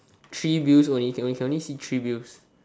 three wheels only can only can only see three wheels